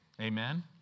Amen